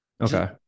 Okay